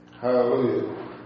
Hallelujah